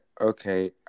okay